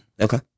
Okay